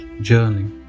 journey